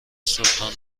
سلطان